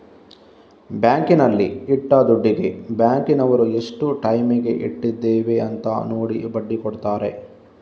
ಬ್ಯಾಂಕಿನಲ್ಲಿ ಇಟ್ಟ ದುಡ್ಡಿಗೆ ಬ್ಯಾಂಕಿನವರು ಎಷ್ಟು ಟೈಮಿಗೆ ಇಟ್ಟಿದ್ದೇವೆ ಅಂತ ನೋಡಿ ಬಡ್ಡಿ ಕೊಡ್ತಾರೆ